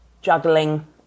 juggling